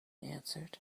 answered